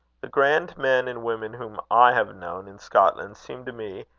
the grand men and women whom i have known in scotland, seem to me,